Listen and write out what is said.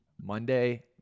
Monday